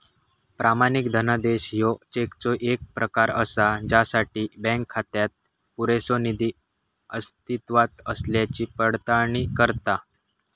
प्रमाणित धनादेश ह्यो चेकचो येक प्रकार असा ज्यासाठी बँक खात्यात पुरेसो निधी अस्तित्वात असल्याची पडताळणी करता